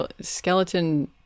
skeleton